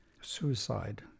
suicide